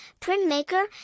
printmaker